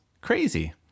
Crazy